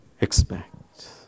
expect